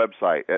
website